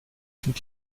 sind